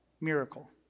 miracle